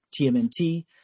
TMNT